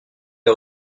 est